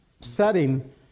setting